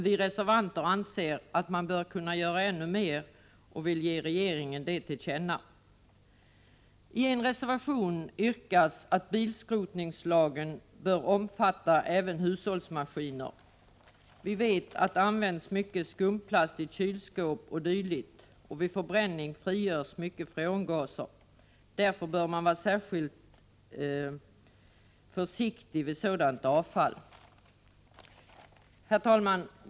Vi reservanter anser emellertid att man bör kunna göra ännu mer och vill ge regeringen detta till känna. I en reservation yrkas att bilskrotningslagen skall omfatta även hushållsmaskiner. Vi vet att det används mycket skumplast i kylskåp o. d. och att det vid förbränning frigörs mycket freongaser. Därför bör man vara särskilt försiktig med sådant avfall. Herr talman!